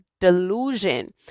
delusion